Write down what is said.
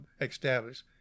established